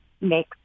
make